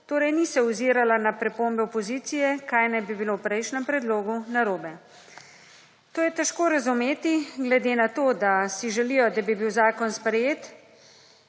torej ni se ozirala na pripombe opozicije kaj naj bi bilo v prejšnjem predlogu narobe. To je težko razumeti glede na to, da si želijo, da bi bil zakon sprejet